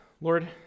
Lord